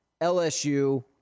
LSU